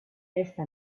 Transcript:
esta